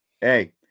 hey